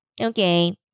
Okay